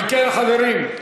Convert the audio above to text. אם כן, חברים,